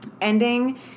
ending